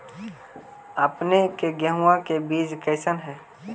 अपने के गेहूं के बीज कैसन है?